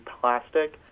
plastic